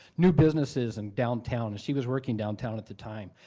new businesses and downtown, as she was working downtown at the time.